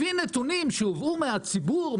לפי נתונים שהובאו מן הציבור,